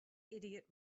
idiot